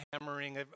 hammering